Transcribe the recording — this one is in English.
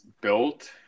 built